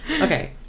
Okay